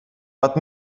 but